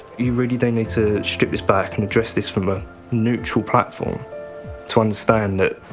you really do need to strip this back and address this from a neutral platform to understand that